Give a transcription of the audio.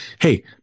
Hey